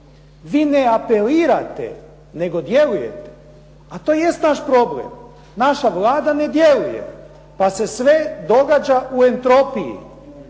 Vi ne apelirate nego djelujete, a to jest naš problem. Naša Vlada ne djeluje, pa se sve događa u entropiji.